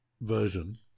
version